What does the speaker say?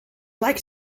like